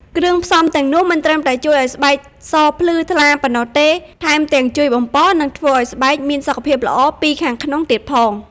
គ្រឿងផ្សំទាំងនោះមិនត្រឹមតែជួយឲ្យស្បែកសភ្លឺថ្លាប៉ុណ្ណោះទេ ថែមទាំងជួយបំប៉ន និងធ្វើឲ្យស្បែកមានសុខភាពល្អពីខាងក្នុងទៀតផង។